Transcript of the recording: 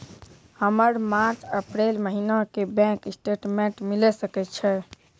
हमर मार्च अप्रैल महीना के बैंक स्टेटमेंट मिले सकय छै?